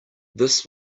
this